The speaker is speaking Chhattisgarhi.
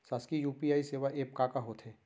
शासकीय यू.पी.आई सेवा एप का का होथे?